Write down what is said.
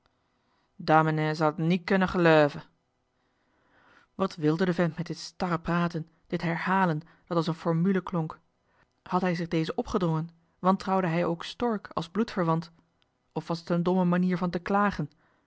et nie kunne g'leuve wat wilde de vent met dit starre praten dit herhalen dat als een formule klonk had hij zich deze opgedrongen wantrouwde hij ook stork als bloedverwant of was het een domme manier van te klagen